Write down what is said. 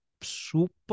super